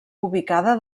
ubicada